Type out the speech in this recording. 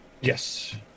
Yes